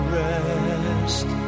rest